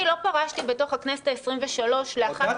לא פרשתי בתוך הכנסת העשרים-ושלוש לאחת